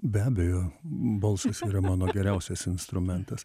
be abejo balsas yra mano geriausias instrumentas